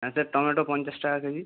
হ্যাঁ sir tomato পঞ্চাশ টাকা কেজি